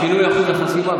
שינוי אחוז החסימה,